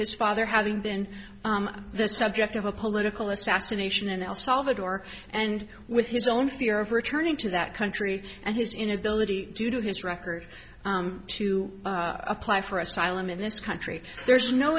his father having been the subject of a political assassination in el salvador and with his own fear of returning to that country and his inability due to his record to apply for asylum in this country there's no